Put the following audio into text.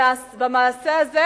במעשה הזה,